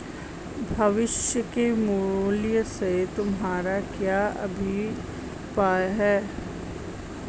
भविष्य के मूल्य से तुम्हारा क्या अभिप्राय है?